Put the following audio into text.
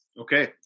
Okay